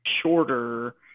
shorter